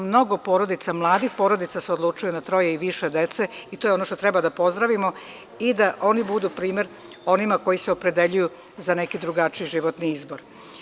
Mnogo mladih porodica se odlučuje na troje i više dece i to je ono što treba da pozdravimo, i da oni budu primer onima koji se opredeljuju za neki drugačiji životni izbor.